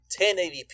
1080p